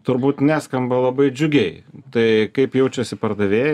turbūt neskamba labai džiugiai tai kaip jaučiasi pardavėjai